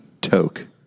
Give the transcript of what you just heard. Toke